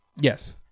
Yes